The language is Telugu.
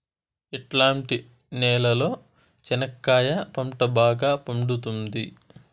ఎట్లాంటి నేలలో చెనక్కాయ పంట బాగా పండుతుంది?